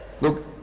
look